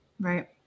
right